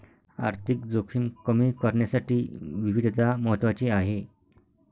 आर्थिक जोखीम कमी करण्यासाठी विविधता महत्वाची आहे